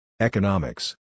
Economics